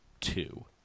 two